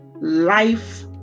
life